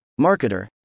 marketer